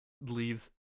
leaves